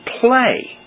play